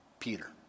Peter